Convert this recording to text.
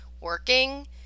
working